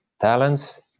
talents